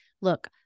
Look